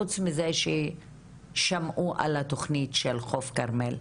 חוץ מזה ששמעו על התוכנית של חוף כרמל,